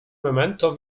memento